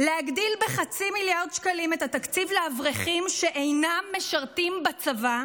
להגדיל בחצי מיליארד שקלים את התקציב לאברכים שאינם משרתים בצבא,